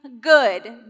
good